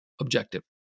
objective